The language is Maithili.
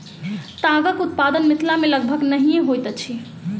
तागक उत्पादन मिथिला मे लगभग नहिये होइत अछि